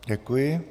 Děkuji.